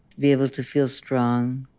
be able to feel strong,